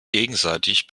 gegenseitig